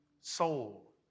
soul